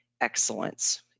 excellence